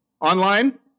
Online